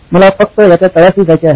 मला फक्त याच्या तळाशी जायचे आहे